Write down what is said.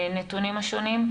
והנתונים השונים.